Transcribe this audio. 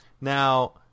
now